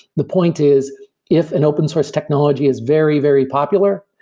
the point is if an open source technology is very very popular,